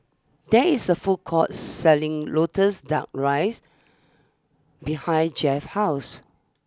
there is a food court selling Lotus Duck Rice behind Jett's house